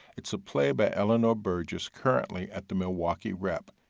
it's a play by eleanor burgess, currently at the milwaukee rep.